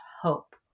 hope